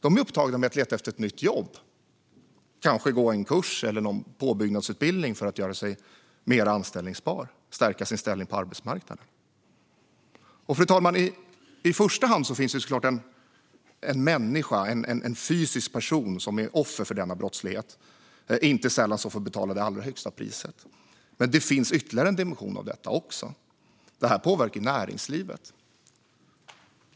De är upptagna med att leta efter ett nytt jobb, kanske gå en kurs eller någon påbyggnadsutbildning för att göra sig mer anställbara och stärka sin ställning på arbetsmarknaden. Fru talman! I första hand är det såklart den människa, den fysiska person, som är offer för denna brottslighet som får betala det allra högsta priset. Men det finns en ytterligare dimension av detta, nämligen att det påverkar näringslivet.